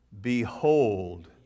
Behold